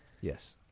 Yes